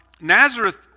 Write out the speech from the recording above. Nazareth